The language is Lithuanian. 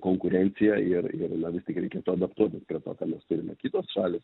konkurencija ir ir na vis tik reikėtų adaptuotis prie to ką mes turime kitos šalys